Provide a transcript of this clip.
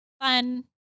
fun